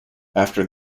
after